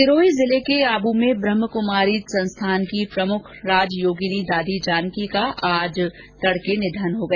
सिरोही जिले के आबू में ब्रहमाक्मारीज संस्थान की प्रमुख राजयोगिनी दादी जानकी का आज तड़के निघन हो गया